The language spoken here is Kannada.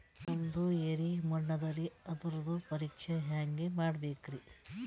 ನಮ್ದು ಎರಿ ಮಣ್ಣದರಿ, ಅದರದು ಪರೀಕ್ಷಾ ಹ್ಯಾಂಗ್ ಮಾಡಿಸ್ಬೇಕ್ರಿ?